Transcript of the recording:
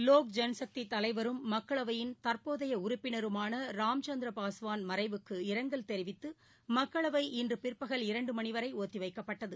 லோக் ஜன்சக்தி தலைவரும் மக்களவையின் தற்போதைய உறுப்பினருமான ராம்ச்ந்திர பாஸ்வான் மறைவுக்கு இரங்கல் தெரிவித்து மக்களவை இன்று பிற்பகல் இரண்டு மணிவரை ஒத்திவைக்கப்பட்டது